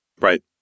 right